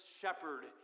shepherd